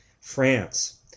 France